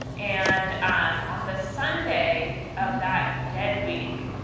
and um on the sunday of that dead week,